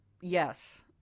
Yes